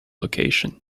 location